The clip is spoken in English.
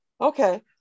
Okay